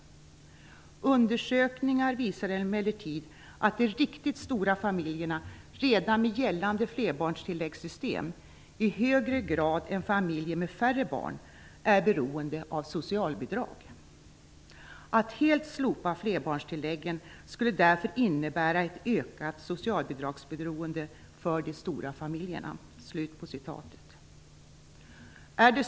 Undersökningar visar emellertid att de riktigt stora familjerna redan med gällande flerbarnstilläggssystem, i högre grad än familjer med färre barn är beroende av socialbidrag. Att helt slopa flerbarnstilläggen skulle därför innebära ett ökat socialbidragsberoende för de stora familjerna."